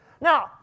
Now